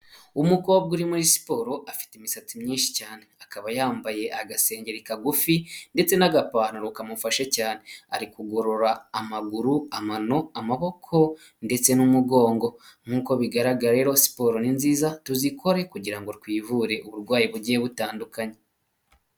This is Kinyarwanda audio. Umukobwa uri muri siporo afite imisatsi myinshi cyane akaba yambaye agasengeri kagufi ndetse n'agapantaro kamufashe cyane ari kugorora amaguru amano amaboko ndetse n'umugongo, nk'uko bigaragara rero siporro ni nziza tuzikore kugirango ngo twivure uburwayi bugiye butandukanye.